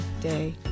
day